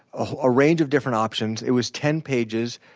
a range of different options. it was ten pages,